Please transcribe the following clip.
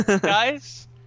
Guys